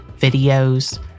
videos